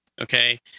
okay